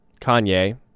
Kanye